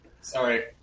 sorry